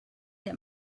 that